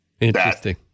Interesting